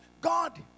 God